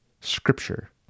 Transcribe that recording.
Scripture